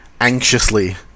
anxiously